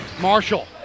Marshall